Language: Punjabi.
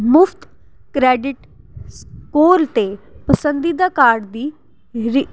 ਮੁਫਤ ਕ੍ਰੈਡਿਟ ਸਕੋਲ ਅਤੇ ਪਸੰਦੀਦਾ ਕਾਰਡ ਦੀ ਰਿ